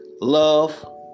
Love